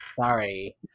Sorry